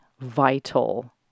vital